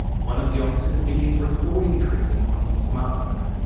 one of the officers begins recording tristan on his smartphone.